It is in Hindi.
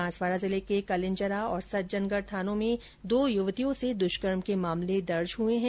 बांसवाड़ा जिले के कलिंजरा और सज्जनगढ थानों में दो युवतियों से दुष्कर्म के मामले दर्ज हुए हैं